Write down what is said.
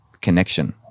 connection